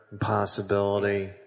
possibility